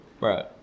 Right